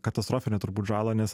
katastrofiną turbūt žalą nes